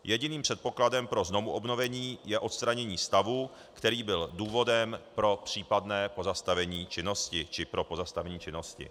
Jediným předpokladem pro znovuobnovení je odstranění stavu, který byl důvodem pro případné pozastavení činnosti či pro pozastavení činnosti.